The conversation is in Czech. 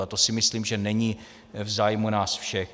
A to si myslím, že není v zájmu nás všech.